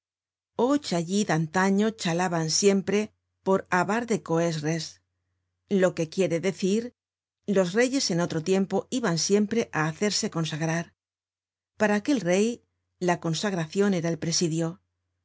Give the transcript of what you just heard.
o challí al antaño chalaban siempre por a bar de coes res lo que quiere decir los reyes de otro tiempo iban siempre á hacerse consagrar para aquel rey la consagracion era el presidio